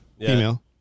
female